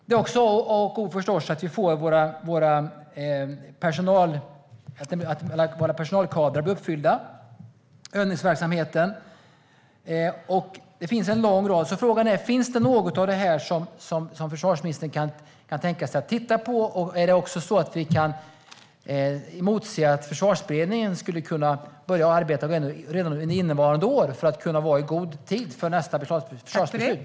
Det är förstås också A och O att våra personalkadrer blir uppfyllda. Det handlar om övningsverksamheten och en lång rad andra saker. Frågan är: Finns det något av detta som försvarsministern kan tänka sig att titta på? Och kan vi även emotse att Försvarsberedningen kan börja arbeta med detta redan under innevarande år för att kunna vara ute i god tid före nästa försvarsbeslut?